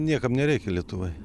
niekam nereikia lietuvoj